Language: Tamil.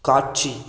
காட்சி